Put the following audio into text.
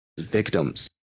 victims